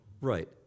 Right